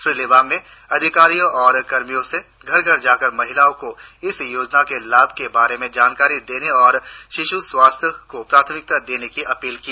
श्री लिबांग ने अधिकारियों और कर्मियों से घर घर जाकर महिलाओं को इस योजना के लाभ के बारे में जानकरी देने और शिशु स्वास्थ्य को प्राथमिकता देने की अपील की